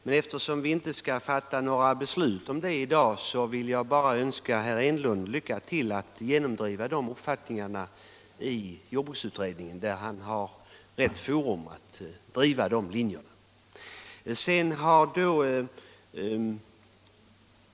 Men eftersom vi inte skall fatta några beslut om saken i dag vill jag bara önska herr Enlund lycka till att genomdriva dessa uppfattningar i jordbruksutredningen, som är rätt forum i det hänseendet.